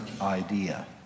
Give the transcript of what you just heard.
idea